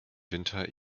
winter